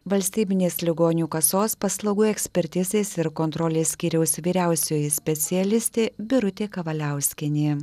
valstybinės ligonių kasos paslaugų ekspertizės ir kontrolės skyriaus vyriausioji specialistė birutė kavaliauskienė